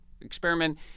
experiment –